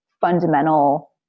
fundamental